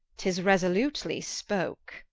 tis resolutely spoke